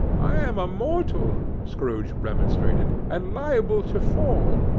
i am a mortal, scrooge remonstrated, and liable to fall.